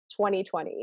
2020